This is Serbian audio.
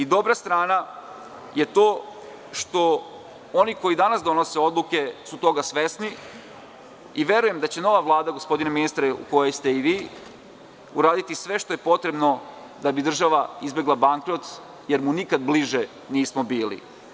Dobra strana je to što oni koji danas donose odluke su toga svesni i verujem da će nova Vlada, gospodine ministre u kojoj ste i vi, uraditi sve što je potrebno da bi država izbegla bankrot, jer mu nikada bliže nismo bili.